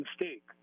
mistake